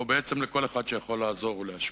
או בעצם לכל אחד שיכול לעזור ולהשפיע,